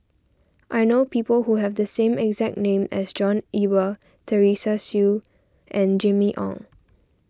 I know people who have the exact name as John Eber Teresa Hsu and Jimmy Ong